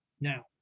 now